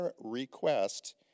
request